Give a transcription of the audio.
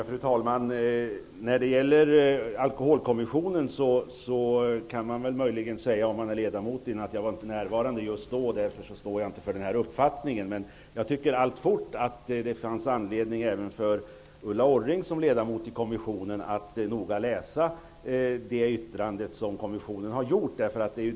Fru talman! Om man är ledamot av Alkoholkommissionen kan man möjligen säga att man inte var närvarande när ett beslut fattades och därför inte står för den uppfattningen. Jag tycker att det fanns anledning även för Ulla Orring, som ledamot i kommissionen, att noga läsa kommissionens yttrande.